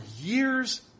years